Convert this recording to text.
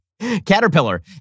Caterpillar